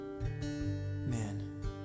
man